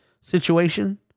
situation